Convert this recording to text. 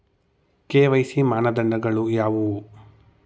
KYC ಮಾನದಂಡಗಳು ಯಾವುವು?